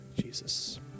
jesus